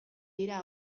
dira